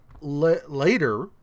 later